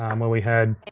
um when we had,